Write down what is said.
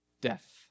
Death